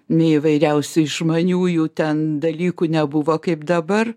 nei įvairiausių išmaniųjų ten dalykų nebuvo kaip dabar